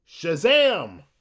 Shazam